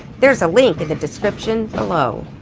there's a link in the description below.